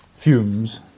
Fumes